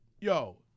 yo